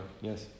Yes